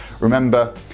remember